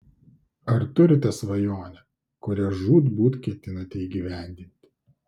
ar turite svajonę kurią žūtbūt ketinate įgyvendinti